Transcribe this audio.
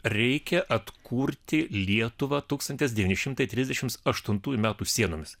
reikia atkurti lietuvą tūkstantis devyni šimtai trisdešimt aštuntųjų metų sienomis